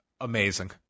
amazing